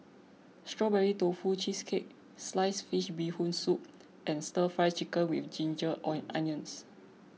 Strawberry Tofu Cheesecake Sliced Fish Bee Goon Soup and Stir Fry Chicken with Ginger Onions